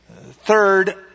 Third